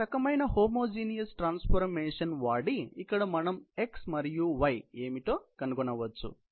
ఒక రకమైన homogeneous transformation వాడి ఇక్కడ మనం x మరియు y ఏమిటో కనుగొనవచ్చు